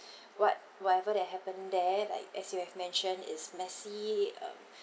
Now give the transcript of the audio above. what whatever that happened there like as you have mentioned is messy um